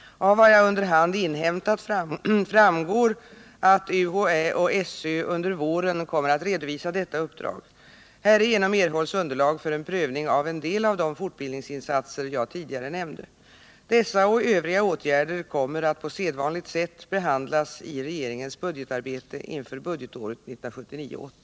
Av vad jag under hand inhämtat framgår att UHÄ och SÖ under våren kommer att redovisa detta uppdrag. Härigenom erhålls underlag för en prövning av en del av de fortbildningsinsatser jag tidigare nämnde. Dessa och övriga åtgärder kommer att på sedvanligt sätt behandlas i regeringens budgetarbete inför budgetåret 1979/80.